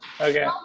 Okay